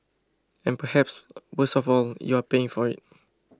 and perhaps worst of all you are paying for it